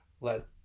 let